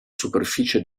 superficie